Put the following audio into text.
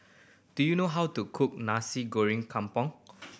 do you know how to cook Nasi Goreng Kampung